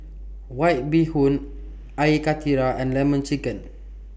White Bee Hoon Air Karthira and Lemon Chicken